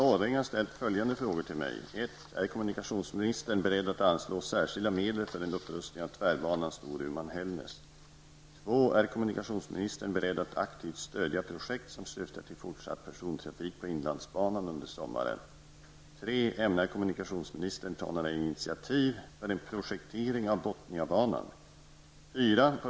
Fru talman! Ulla Orring har ställt följande fråga till mig: 2. Är kommunikationsministern beredd att aktivt stödja projekt som syftar till fortsatt persontrafik på inlandsbanan under sommaren? 3. Ämnar kommunikationsministern ta några initiativ för en projektering av Botniabanan?